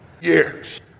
years